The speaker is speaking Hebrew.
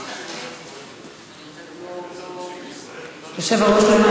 זאת אומרת